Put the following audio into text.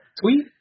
tweet